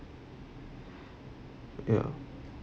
ya